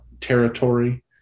territory